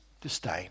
disdain